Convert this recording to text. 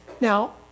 Now